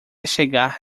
chegar